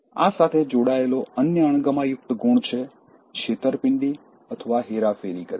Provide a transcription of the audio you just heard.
આ સાથે જોડાયેલો અન્ય અણગમાયુક્ત ગુણ છે છેતરપિંડી અથવા હેરાફેરી કરવી